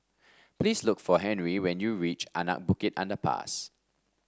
please look for Henri when you reach Anak Bukit Underpass